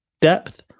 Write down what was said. depth